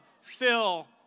Phil